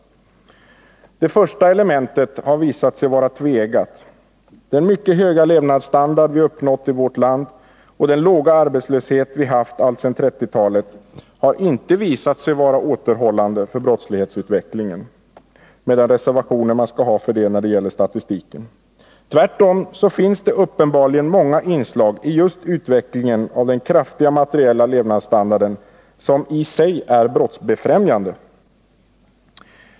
Det första instrumentet har visat sig vara tveeggat. Den mycket höga levnadsstandard som vi uppnått i vårt land och den låga arbetslöshet som vi haft alltsedan 1930-talet har inte visat sig vara återhållande för brottslighetsutvecklingen — med de reservationer som finns när det gäller den statistiken. Tvärtom finns det uppenbarligen många inslag i just den kraftiga utvecklingen av den materiella levnadsstandarden som i sig är brottsbefrämjande.